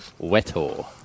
Wetor